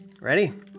Ready